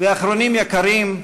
ואחרונים יקרים,